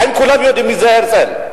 האם כולם יודעים מי זה הרצל?